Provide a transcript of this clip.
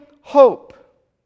hope